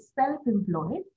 self-employed